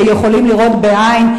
שיכולים לראות בעין,